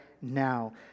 now